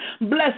Bless